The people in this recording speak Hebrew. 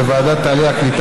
בוועדת העלייה,